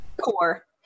core